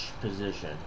position